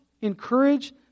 encourage